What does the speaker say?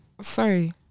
Sorry